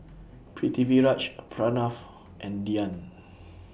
Pritiviraj Pranav and Dhyan